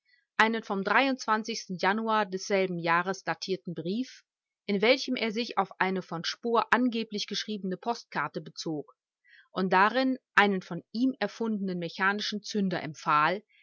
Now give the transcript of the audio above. einen vom januar d j datierten brief in welchem er sich auf eine von spohr angeblich geschriebene postkarte bezog und darin einen von ihm erfundenen mechanischen zünder empfahl